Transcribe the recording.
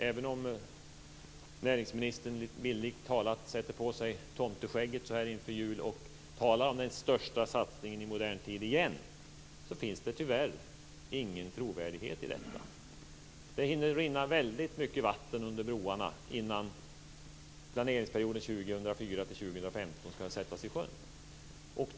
Även om näringsministern bildligt talat sätter på sig tomteskägget inför jul och talar om den största satsningen i modern tid finns det tyvärr ingen trovärdighet i det. Det hinner rinna väldigt mycket vatten under broarna innan planeringsperioden 2004-2015 är här.